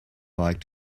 like